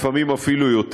לפעמים אפילו יותר.